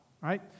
right